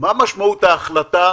מה משמעות ההחלטה